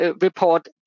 report